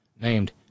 named